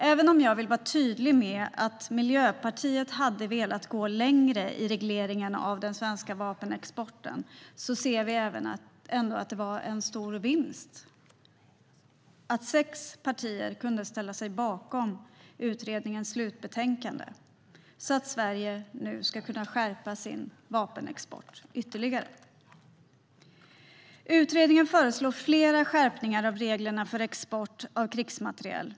Även om jag vill vara tydlig med att Miljöpartiet hade velat gå längre i regleringen av den svenska vapenexporten ser vi ändå att det var en stor vinst att sex partier kunde ställa sig bakom utredningens slutbetänkande, så att Sverige nu ska kunna skärpa sin vapenexport ytterligare. Utredningen föreslår flera skärpningar av reglerna för export av krigsmateriel.